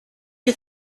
you